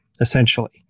essentially